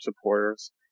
supporters